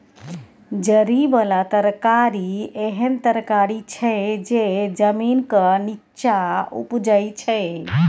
जरि बला तरकारी एहन तरकारी छै जे जमीनक नींच्चाँ उपजै छै